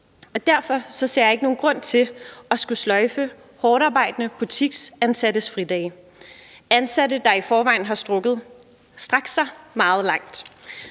derfor ser jeg ikke nogen grund til at skulle sløjfe hårdtarbejdende butiksansattes fridage – ansatte, der i forvejen har strakt sig meget langt.